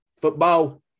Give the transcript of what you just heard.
football